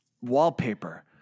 wallpaper